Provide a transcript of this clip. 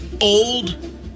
old